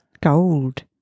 Gold